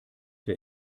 der